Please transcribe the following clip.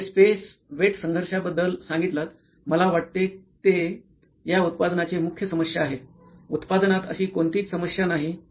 तुम्ही जे space weight संघर्षाबद्दल सांगितलंत मला वाटते ते या उत्पादनाचे मुख्य समस्या आहे उत्पादनात अशी कोणतीच समस्या नाही